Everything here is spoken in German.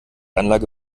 anlage